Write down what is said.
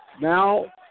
Now